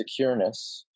secureness